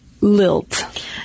Lilt